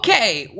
Okay